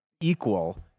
equal